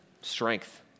strength